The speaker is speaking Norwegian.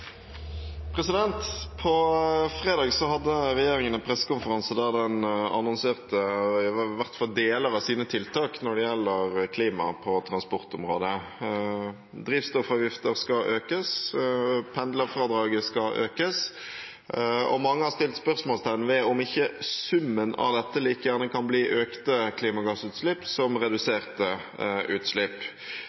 På fredag hadde regjeringen en pressekonferanse der den annonserte i hvert fall deler av sine tiltak når det gjelder klima på transportområdet. Drivstoffavgifter skal økes, pendlerfradraget skal økes, og mange har satt spørsmålstegn ved at ikke summen av dette like godt kan bli økte klimagassutslipp som reduserte utslipp.